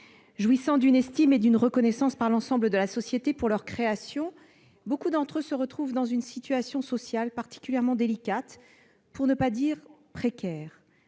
jouissent de l'estime et de la reconnaissance de l'ensemble de la société pour leur création, beaucoup se retrouvent dans une situation sociale particulièrement délicate, pour ne pas dire précaire.